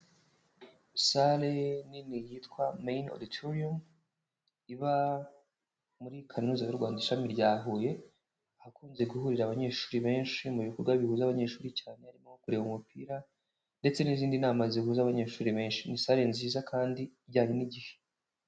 Sare nini yitwa meyini odituriyumu iba muri Kaminuza y'u Rwanda ishami rya Huye, ahakunze guhurira abanyeshuri benshi mu bikorwa bihuza abanyeshuri cyane, harimo nko kureba umupira, ndetse n'izindi nama zihuza abanyeshuri benshi. Ni sare nziza kandi ijyanye n'igihe.